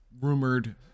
rumored